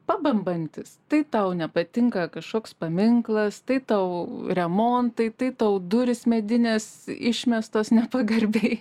pabambantis tai tau nepatinka kažkoks paminklas tai tau remontai tai tau durys medinės išmestos nepagarbiai